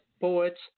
poets